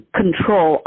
control